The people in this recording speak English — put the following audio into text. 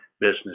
business